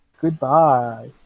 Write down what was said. Goodbye